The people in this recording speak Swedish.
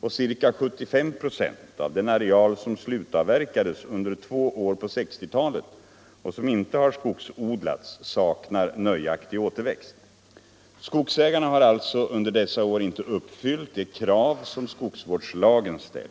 och ca 75 ", av den areal som slutavverkades under två år på 1960-talet och som inte har skogsodlats saknar nöjaktig återväxt. Skogsägarna har alltså under dessa år inte uppfyllt de krav som skogsvårdslagen ställer.